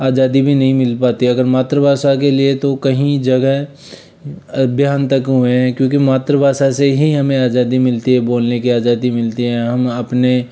आज़ादी भी नहीं मिल पाती अगर मातृभाषा के लिए तो कहीं जगह अभियान तक हुए हैं क्योंकि मातृभाषा से ही हमें आज़ादी मिलती है बोलने की आज़ादी मिलती है हम अपने